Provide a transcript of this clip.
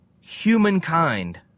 Humankind